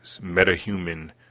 meta-human